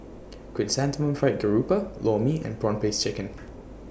Chrysanthemum Fried Garoupa Lor Mee and Prawn Paste Chicken